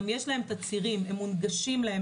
גם יש להן את הצירים שמונגשים להן,